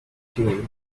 team